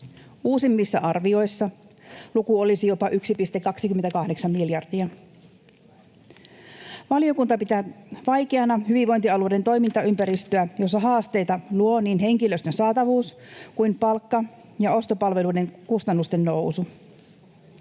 Uusimmissa arvioissa luku olisi jopa 1,28 miljardia. Valiokunta pitää vaikeana hyvinvointialueiden toimintaympäristöä, jossa haasteita luo niin henkilöstön saatavuus kuin palkka- ja ostopalveluiden kustannusten nousu.